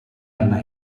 arna